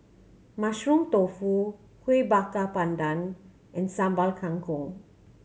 Mushroom Tofu Kuih Bakar Pandan and Sambal Kangkong